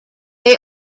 they